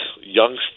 young